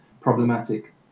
problematic